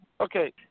Okay